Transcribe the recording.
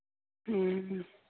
ᱦᱮᱸ